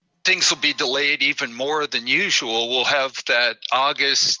things will be delayed even more than usual. we'll have that august